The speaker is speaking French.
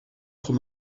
trop